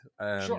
Sure